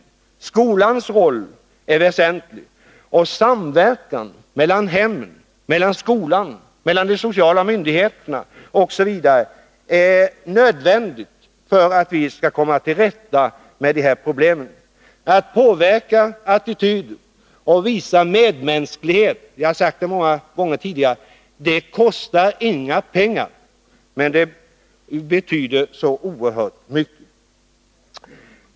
Även skolans roll är väsentlig, liksom en samverkan mellan hemmen, skolan, de sociala myndigheterna osv. är nödvändig för att vi skall komma till rätta med de problem som det gäller. Jag har många gånger tidigare sagt att det inte kostar några pengar att påverka attityder och visa medmänsklighet men att det ändå betyder så oerhört mycket.